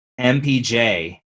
MPJ